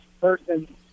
person